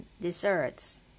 Desserts